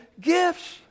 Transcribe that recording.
gifts